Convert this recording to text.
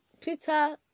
Peter